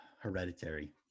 hereditary